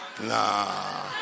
nah